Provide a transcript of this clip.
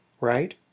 right